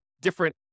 different